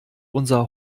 unser